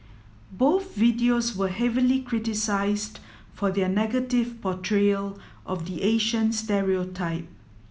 both videos were heavily criticised for their negative portrayal of the Asian stereotype